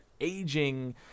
aging